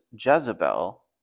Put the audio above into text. Jezebel